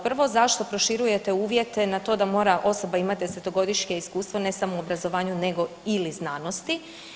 Prvo, zašto proširujete uvjete na to da mora osoba imati 10-godišnje iskustvo ne samo u obrazovanju nego ili znanosti?